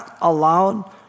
allowed